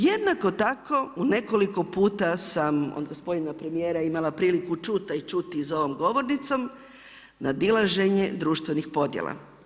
Jednako tako u nekoliko puta sam od gospodina premijera imala priliku čuti a i čuti za ovom govornicom nadilaženje društvenih podjela.